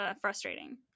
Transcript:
frustrating